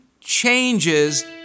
changes